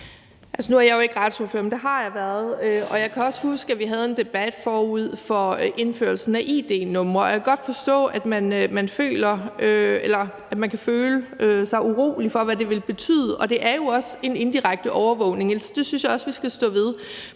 Nu er jeg jo ikke retsordfører, men det har jeg været. Jeg kan huske, at vi havde en debat forud for indførelsen af id-numre. Jeg kan godt forstå, at man kan føle sig urolig for, hvad det vil betyde. Det er jo også en indirekte overvågning. Det synes jeg også at vi skal stå ved.